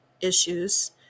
issues